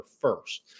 first